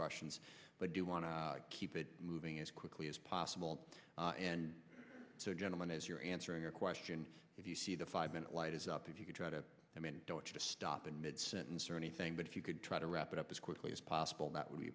questions but do want to keep it moving as quickly as possible and so gentleman as you're answering your question if you see the five minute light is up if you try to i mean don't just stop in mid sentence or anything but if you could try to wrap it up as quickly as possible that would be